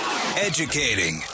Educating